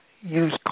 use